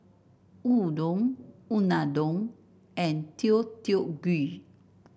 Udon Unadon and Deodeok Gui